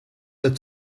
that